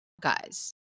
Guys